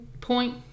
point